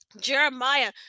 jeremiah